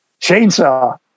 chainsaw